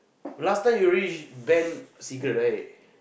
last time you already ban cigarette right